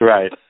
Right